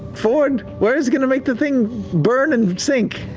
fjord? where is going to make the thing burn and sink?